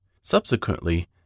Subsequently